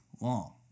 long